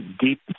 deep